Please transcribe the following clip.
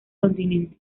continente